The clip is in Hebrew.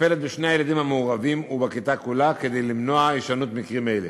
מטפלת בשני הילדים המעורבים ובכיתה כולה כדי למנוע הישנות מקרים אלה.